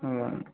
ହଁ